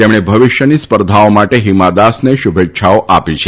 તેમણે ભવિષ્યની સ્પર્ધાઓ માટે હિમા દાસને શુભેચ્છાઓ આપી છે